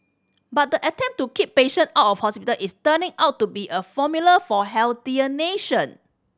but the attempt to keep patient out of hospital is turning out to be a formula for healthier nation